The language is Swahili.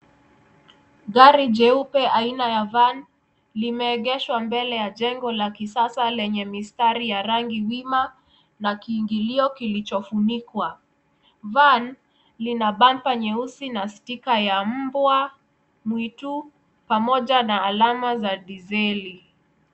Gari jeupe aina ya Van limeegeshwa mbele ya jengo la kisasa lenye mistari ya rangi wima na kiingilio kilichofunikwa. Van lina pamba nyeusi na spika ya mbwa mwitu pamoja na alama za dizeli.